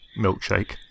milkshake